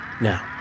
Now